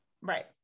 Right